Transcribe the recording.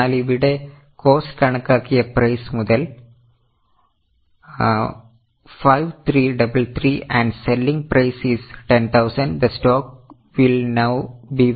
എന്നാൽ ഇവിടെ കോസ്റ്റ് കണക്കാക്കിയ പ്രൈസ് മുതൽ 5333 and selling price is 10000 the stock will now be valued at 5333